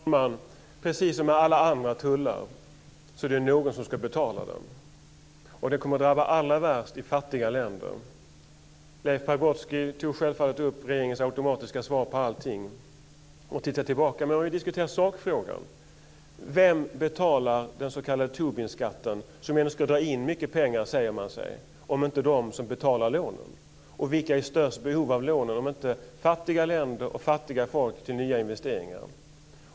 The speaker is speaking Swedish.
Fru talman! Precis som när det gäller alla andra tullar är det någon som ska betala den här, och det här kommer att drabba fattiga länder allra värst. Leif Pagrotsky tog självfallet upp regeringens automatiska svar på allting och tittade tillbaka. Men vi kan diskutera sakfrågan. Vem betalar den s.k. Tobinskatten, som man ändå säger sig ska dra in mycket pengar, om det inte är de som betalar lånen? Och vilka är i störst behov av lån till nya investeringar om det inte är fattiga länder och fattiga folk?